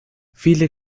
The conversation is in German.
viele